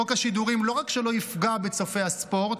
חוק השידורים לא רק שלא יפגע בצופי הספורט,